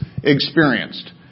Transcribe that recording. Experienced